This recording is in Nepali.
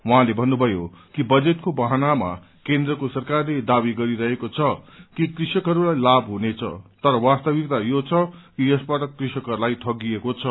उहाँले भन्नुभयो कि बजेटको बहानामा केन्द्रको सरकारले दावी गरिरहेको छ कि कृषकहरूलाई लाभ हुनेछ तर वास्तविकता यो छ कि यसबाट कृषकहरूलाई ठगिएको छ